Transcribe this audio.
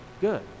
good